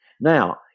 now